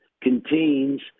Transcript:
contains